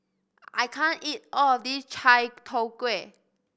I can't eat all of this Chai Tow Kuay